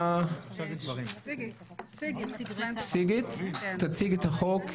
סיגי תציג את החוק.